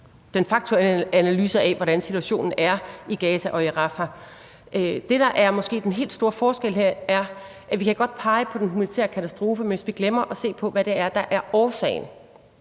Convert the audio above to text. den faktuelle analyse af, hvordan situationen er i Gaza og i Rafah. Det, der måske er den helt store forskel her, er, at vi godt kan pege på den militære katastrofe, mens vi glemmer at se på, hvad det er, der er årsagen,